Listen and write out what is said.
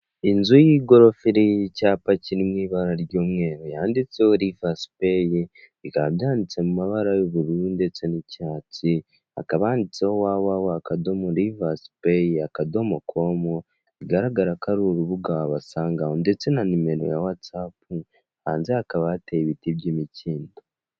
Inzu y'igorofa iriho icyapa kiri mu ibara ry'umweru yanditseho Rizavu peyi bikaba byanditse mu mabara y'ubururu ndetse n'icyatsi hakaba handitseho wa wa wa akadomo risavu peyi akadomo komu, bigaragara ko ari urubuga wabasangaho ndetse na nimero ya watsapu hanze hakaba hateye ibiti by'imikindo.